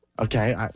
Okay